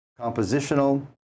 compositional